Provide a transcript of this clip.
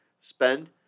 spend